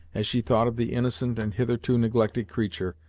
as she thought of the innocent and hitherto neglected creature,